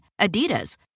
Adidas